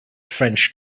french